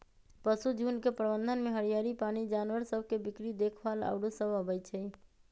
पशुझुण्ड के प्रबंधन में हरियरी, पानी, जानवर सभ के बीक्री देखभाल आउरो सभ अबइ छै